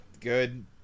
good